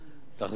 לחזור על המספר?